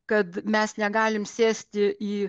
kad mes negalim sėsti į